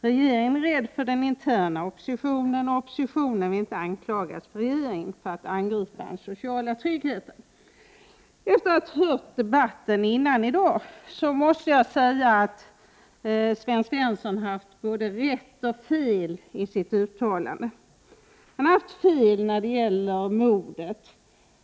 Regeringen är rädd för den interna oppositionen och oppositionen vill inte anklagas av regeringen för att angripa den sociala tryggheten.” Efter att ha lyssnat på debatten tidigare i dag måste jag säga att Sven Svensson har både rätt och fel i sitt uttalande. Han har fel när det gäller modet.